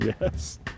Yes